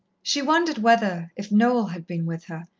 she wondered whether, if noel had been with her,